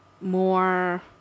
more